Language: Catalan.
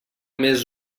més